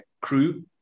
crew